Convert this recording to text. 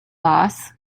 boss